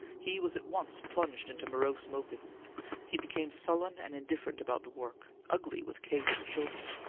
he was at once plunged into morose moping he became sullen and indifferent about the work, ugly with kate and the children,